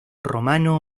romano